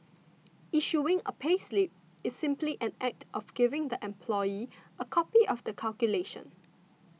issuing a payslip is simply an act of giving the employee a copy of the calculation